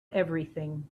everything